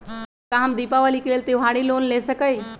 का हम दीपावली के लेल त्योहारी लोन ले सकई?